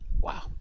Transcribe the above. Wow